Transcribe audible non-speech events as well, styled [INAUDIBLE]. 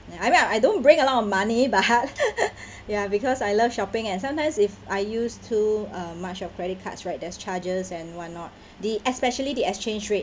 ya I mean I don't bring a lot of money but [LAUGHS] ya because I love shopping and sometimes if I use too uh much of credit cards right there's charges and why not the especially the exchange rate